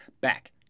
back